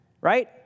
right